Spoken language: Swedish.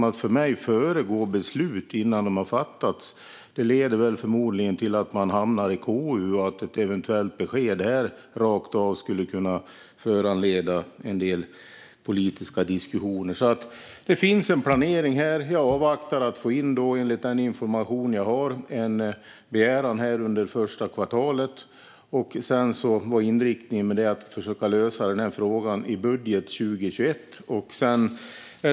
Att föregripa beslut innan de har fattats leder förmodligen till att man hamnar i KU, och ett eventuellt besked rakt av här skulle nog kunna föranleda en del politiska diskussioner. Det finns en planering. Jag avvaktar att få in, enligt den information jag har, en begäran under första kvartalet. Inriktningen är att försöka lösa frågan i budgeten för 2021.